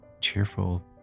cheerful